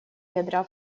ядра